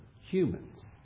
humans